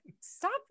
stop